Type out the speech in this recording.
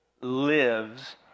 lives